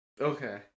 Okay